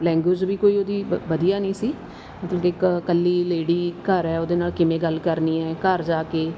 language ਵੀ ਕੋਈਉਹਦੀ ਵ ਵਧੀਆ ਨਹੀਂ ਸੀ ਮਤਲਬ ਕਿ ਇੱਕ ਇਕੱਲੀ ਲੇਡੀ ਘਰ ਹੈ ਉਹਦੇ ਨਾਲ ਕਿਵੇਂ ਗੱਲ ਕਰਨੀ ਹੈ ਘਰ ਜਾ ਕੇ